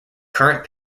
current